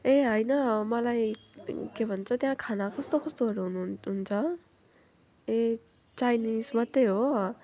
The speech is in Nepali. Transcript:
ए होइन मलाई के भन्छ त्यहाँ खाना कस्तो कस्तोहरू हुनु हुन्छ ए चाइनिज मात्रै हो